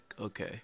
Okay